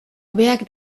hobeak